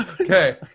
okay